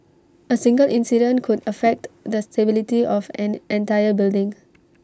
A single incident could affect the stability of an entire building